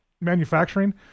manufacturing